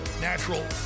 natural